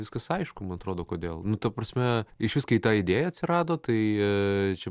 viskas aišku man atrodo kodėl nu ta prasme išvis kai ta idėja atsirado tai čia